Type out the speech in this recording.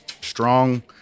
strong